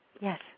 Yes